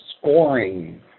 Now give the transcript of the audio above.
scoring